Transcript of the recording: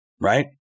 right